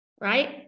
right